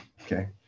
okay